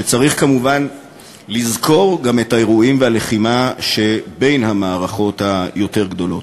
וצריך כמובן לזכור גם את האירועים והלחימה שבין המערכות היותר-גדולות.